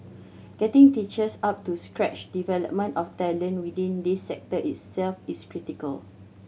getting teachers up to scratch development of talent within this sector itself is critical